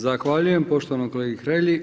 Zahvaljujem poštovanom kolegi Hrelji.